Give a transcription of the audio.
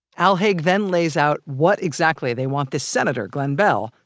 al haig then lays out what exactly they want this senator, glenn beall,